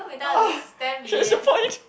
ah here's your point